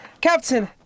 Captain